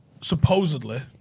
Supposedly